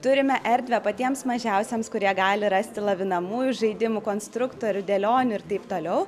turime erdvę patiems mažiausiems kurie gali rasti lavinamųjų žaidimų konstruktorių dėlionių ir taip toliau